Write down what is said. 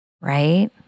right